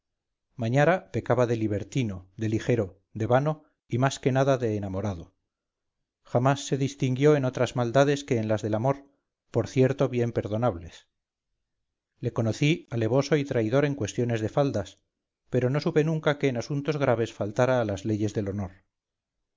fea mañara pecaba de libertino de ligero de vano y más que nada de enamorado jamás se distinguió en otras maldades que en las del amor por cierto bien perdonables le conocí alevoso y traidor en cuestiones de faldas pero no supe nunca que en asuntos graves faltara a las leyes del honor